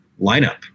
lineup